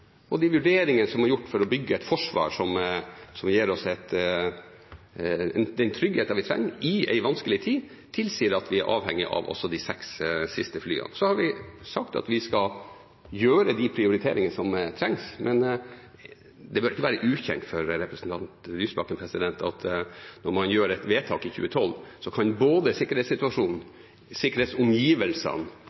å bygge et forsvar som gir oss den tryggheten vi trenger i en vanskelig tid, tilsier at vi er avhengige av også de seks siste flyene. Vi har sagt at vi skal gjøre de prioriteringene som trengs, men det bør ikke være ukjent for representanten Lysbakken at når man gjør et vedtak i 2012, kan både sikkerhetssituasjonen,